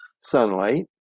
sunlight